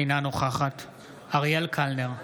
אינה נוכחת אריאל קלנר,